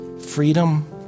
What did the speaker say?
freedom